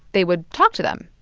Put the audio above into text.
they would talk to them,